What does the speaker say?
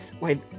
wait